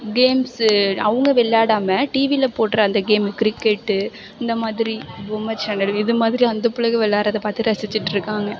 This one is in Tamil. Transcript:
கேம்ஸு அவங்க விளாடாம டிவியில் போடுற அந்த கேம் கிரிக்கெட்டு இந்தமாதிரி பொம்மை சேனல் இதுமாதிரி அந்த பிள்ளைங்க விளாட்றத பார்த்து ரசிச்சுட்டு இருக்காங்க